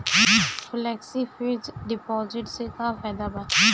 Flexi fix deposit से का फायदा भा?